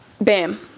Bam